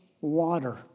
water